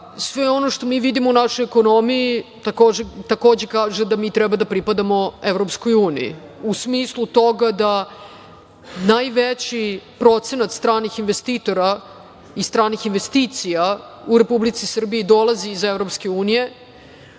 sve ono što mi vidimo u našoj ekonomiji takođe kaže da mi treba da pripadamo Evropskoj uniji, u smislu toga da najveći procenat stranih investitora i stranih investicija u Republici Srbiji dolazi iz Evropske unije,